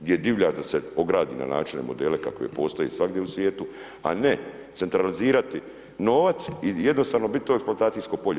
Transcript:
Gdje divljač da se ogradi na načine, modele kako i postoji svugdje u svijetu, a ne centralizirati novac i jednostavno biti to eksploatacijsko polje.